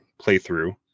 playthrough